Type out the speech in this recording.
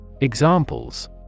Examples